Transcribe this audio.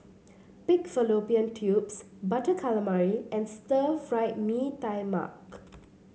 Pig Fallopian Tubes Butter Calamari and Stir Fried Mee Tai Mak